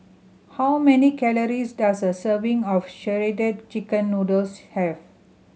how many calories does a serving of Shredded Chicken Noodles have